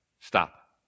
Stop